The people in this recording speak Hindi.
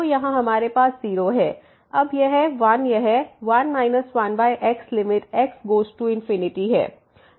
तो यहाँ हमारे पास 0 है अब यह 1 यह 1 1x limit x goes to है